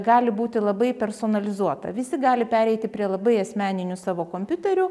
gali būti labai personalizuota visi gali pereiti prie labai asmeninių savo kompiuterių